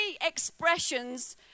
expressions